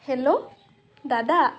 hello দাদা